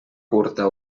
curta